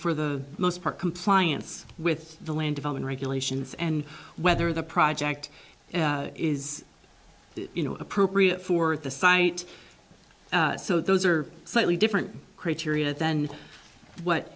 for the most part compliance with the land evolving regulations and whether the project is you know appropriate for the site so those are slightly different criteria than what